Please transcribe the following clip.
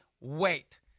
wait